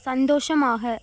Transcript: சந்தோஷமாக